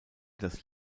das